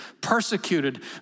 persecuted